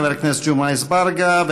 חבר הכנסת ג'מעה אזברגה,